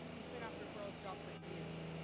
he's been after quirrell's job for years.